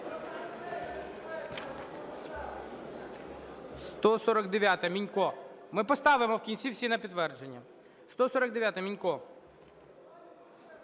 149-а, Мінько. Ми поставимо в кінці всі на підтвердження. 149-а, Мінько.